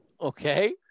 Okay